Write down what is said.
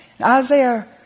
Isaiah